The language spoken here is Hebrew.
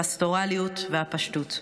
הפסטורליות והפשטות.